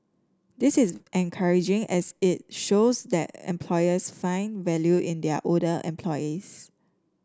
this is encouraging as it shows that employers find value in their older employees